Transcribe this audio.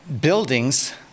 buildings